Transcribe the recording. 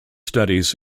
studies